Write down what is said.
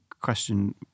question